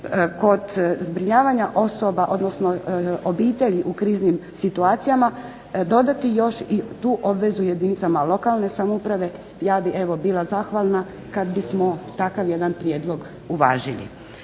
kod zbrinjavanja osoba odnosno obitelji u kriznim situacijama dodati još i tu obvezu jedinicama lokalne samouprave. Ja bih evo bila zahvalna kada bismo takav jedan prijedlog uvažili.